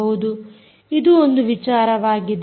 ಇದು ಒಂದು ವಿಚಾರವಾಗಿದೆ